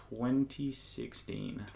2016